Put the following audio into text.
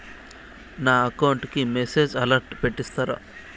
నా అకౌంట్ కి message alert పెట్టిస్తారా